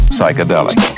Psychedelic